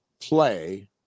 play